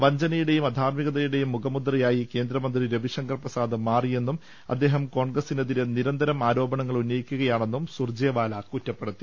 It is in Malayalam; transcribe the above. വഞ്ചനയുടെയും അധാർമികതയുടെയും മുഖമുദ്രയായി കേന്ദ്രമന്ത്രി രവിശങ്കർ പ്രസാദ് മാറിയെന്നും അദ്ദേഹം കോൺഗ്രസിനെതിരെ നിരന്തരം ആരോപണങ്ങൾ ഉന്നയിക്കുകയാണെന്നും സുർജെവാല കുറ്റപ്പെടുത്തി